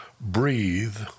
breathe